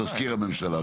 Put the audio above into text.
את מזכיר הממשלה.